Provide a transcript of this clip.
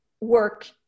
work